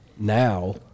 Now